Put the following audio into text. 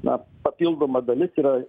na papildoma dalis yra